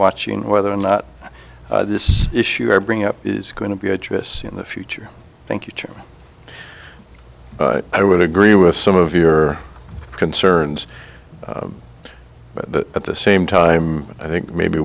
watching whether or not this issue i bring up is going to be address in the future thank you but i would agree with some of your concerns that at the same time i think maybe